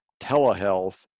telehealth